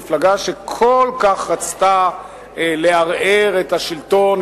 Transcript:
מפלגה שכל כך רצתה לערער את השלטון,